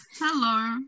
Hello